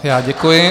Já děkuji.